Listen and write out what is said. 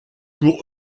pour